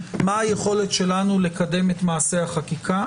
מה היכולת שלנו לקדם את מעשה החקיקה.